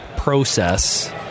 process